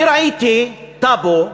אני ראיתי טאבו,